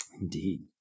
Indeed